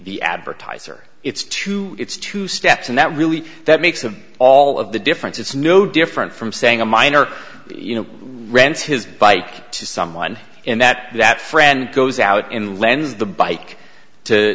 the advertiser it's two it's two steps and that really that makes it all of the difference it's no different from saying a minor you know rents his bike to someone and that that friend goes out in len's the bike to